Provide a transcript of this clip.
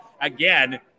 Again